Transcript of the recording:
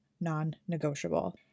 non-negotiable